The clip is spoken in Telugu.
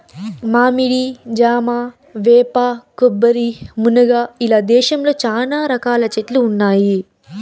మామిడి, జామ, వేప, కొబ్బరి, మునగ ఇలా దేశంలో చానా రకాల చెట్లు ఉన్నాయి